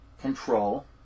control